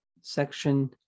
Section